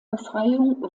befreiung